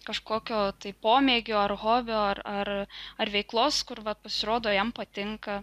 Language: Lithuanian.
kažkokio tai pomėgio ar hobio ar ar ar veiklos kur va pasirodo jam patinka